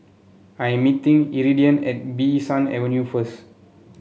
I am meeting Iridian at Bee San Avenue first